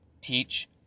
Teach